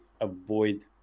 avoid